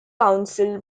council